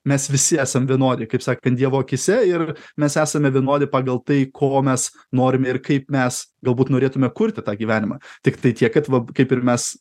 mes visi esam vienodi kaip sakant dievo akyse ir mes esame vienodi pagal tai ko mes norime ir kaip mes galbūt norėtume kurti tą gyvenimą tiktai tiek kad va kaip ir mes